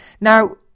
Now